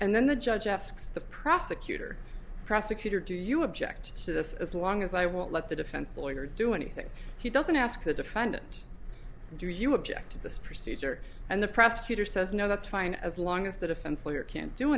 and then the judge asks the prosecutor prosecutor do you object to this as long as i won't let the defense lawyer do anything he doesn't ask the defendant do you object to this procedure and the prosecutor says no that's fine as long as the defense lawyer can't do